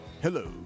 Hello